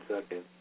second